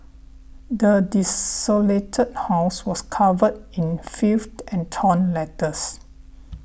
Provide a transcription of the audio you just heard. the desolated house was covered in filth and torn letters